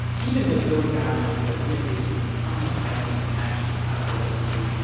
even with those guidelines, there were limitations in how much evidence we actually have for what we do,